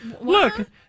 Look